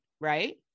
Right